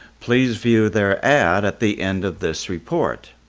please view their ad at the end of this report.